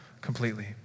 completely